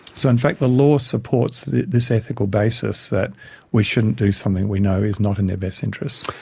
so in fact the law supports this ethical basis that we shouldn't do something we know is not in their best interest.